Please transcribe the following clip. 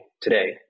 today